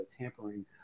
tampering